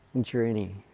journey